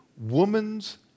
woman's